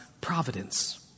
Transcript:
providence